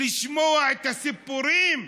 לשמוע את הסיפורים?